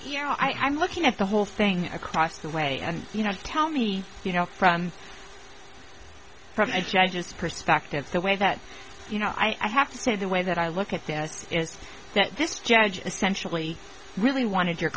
know i i'm looking at the whole thing across the way and you know tell me you know from from a judge's perspective the way that you know i have to say the way that i look at this is that this judge essentially really wanted your